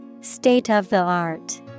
state-of-the-art